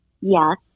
Yes